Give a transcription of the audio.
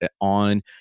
on